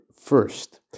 first